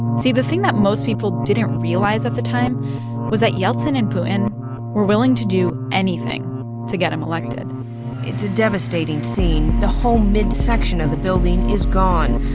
see, the thing that most people didn't realize at the time was that yeltsin and putin were willing to do anything to get him elected it's a devastating scene. the whole midsection of the building is gone.